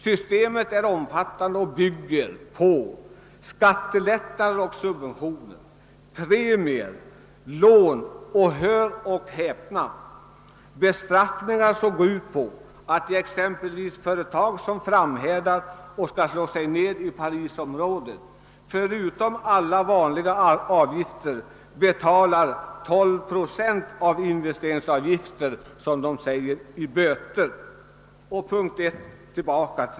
Systemet är omfattande och bygger på skattelättnader och subventioner samt premier, lån och — hör och häpna — bestraffningar, som innebär att företag som framhärdar och vill slå sig ned i parisområdet förutom alla vanliga avgifter betalar 12 procent av investeringsavgifterna i böter.